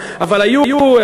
אבל היו,